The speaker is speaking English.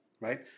Right